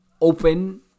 open